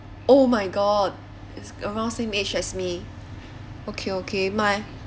oh my god it's around same age as me okay okay my